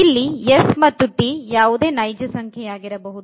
ಇಲ್ಲಿ s ಮತ್ತು t ಯಾವುದೇ ನೈಜ ಸಂಖ್ಯೆ ಯಾಗಿರಬಹುದು